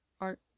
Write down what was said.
art